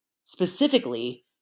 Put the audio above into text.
specifically